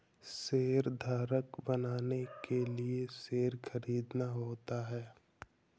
शेयरधारक बनने के लिए शेयर खरीदना होता है